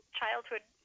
childhood